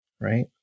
Right